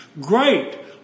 great